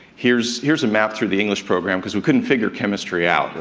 here's here's a map through the english program because we couldn't figure chemistry out,